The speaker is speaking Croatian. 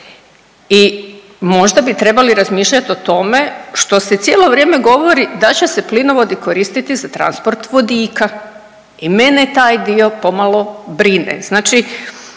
i možda bi trebali razmišljat o tome što se cijelo vrijeme govori da će se plinovodi koristiti za transport vodika i mene taj dio pomalo brine.